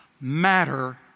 matter